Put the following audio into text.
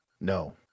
No